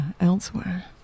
elsewhere